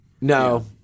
No